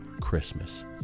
Christmas